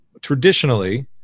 traditionally